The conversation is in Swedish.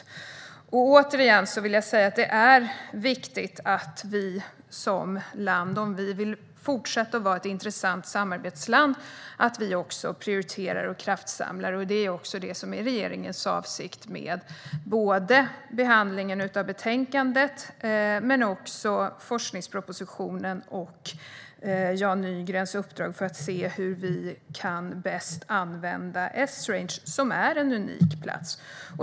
Jag vill återigen säga att det är viktigt att vi som land - om vi vill fortsätta att vara ett intressant samarbetsland - prioriterar och kraftsamlar. Detta är regeringens avsikt med behandlingen av betänkandet och även forskningspropositionen och Jan Nygrens uppdrag att se över hur vi bäst kan använda Esrange, som är en unik plats.